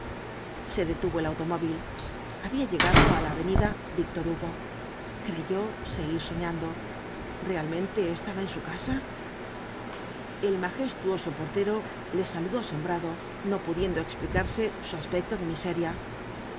se detuvo el automóvil había llegado á la avenida víctor hugo creyó seguir soñando realmente estaba en su casa el majestuoso portero le saludó asombrado no pudiendo explicarse su aspecto de miseria